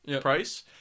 price